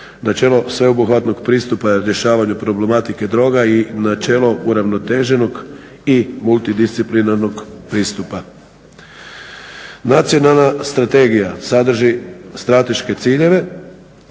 načelo sveobuhvatnog pristupa rješavanju problematike droga i načelo uravnoteženog i multidisciplinarnog pristupa. Nacionalna strategija sadrži strateške ciljeve,